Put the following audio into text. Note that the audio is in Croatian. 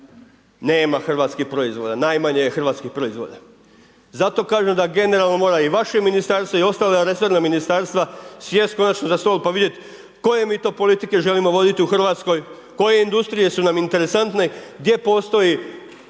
nema hrvatskih proizvoda, najmanje je hrvatskih proizvoda. Zato kažem da generalno mora i vaše ministarstvo i ostala resorna ministarstva sjest konačno za stol pa vidjeti koje mi to politike želimo voditi u Hrvatskoj, koje industrije su nam interesantne, gdje postoji